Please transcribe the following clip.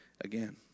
again